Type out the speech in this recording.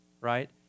right